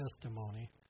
testimony